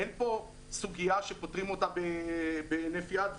אין פה סוגיה שפותרים אותה בהינף יד,